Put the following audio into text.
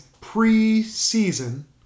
pre-season